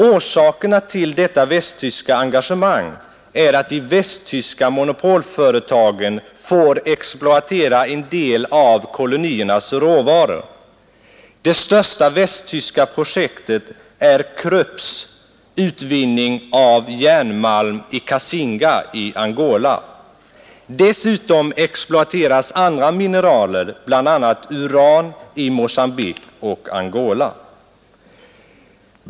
Orsakerna till detta västtyska engagemang är att de västtyska monopolföretagen får exploatera en del av koloniernas råvaror. Det största västtyska projektet är Krupps utvinning av järnmalm i Cassinga i Angola; dessutom exploateras andra mineraler, bl.a. uran, i Mogambique och Angola.